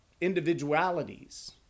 individualities